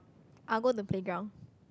I'll go the playground